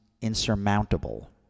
insurmountable